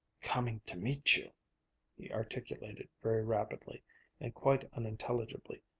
comingtomeetyou, he articulated very rapidly and quite unintelligibly,